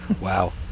Wow